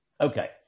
Okay